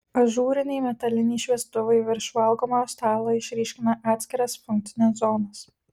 ažūriniai metaliniai šviestuvai virš valgomojo stalo išryškina atskiras funkcines zonas